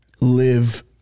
live